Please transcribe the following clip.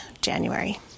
January